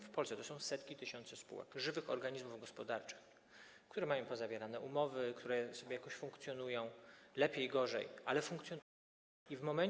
W Polsce są to setki, tysiące spółek, żywych organizmów gospodarczych, które mają pozawierane umowy, które jakoś funkcjonują - lepiej, gorzej, ale funkcjonują.